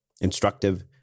instructive